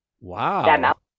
wow